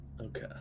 Okay